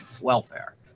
welfare